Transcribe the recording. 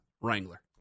Wrangler